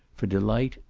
for delight,